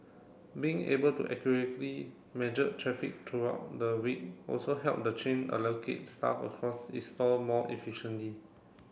being able to accurately measure traffic throughout the week also helped the chain allocate staff across its store more efficiently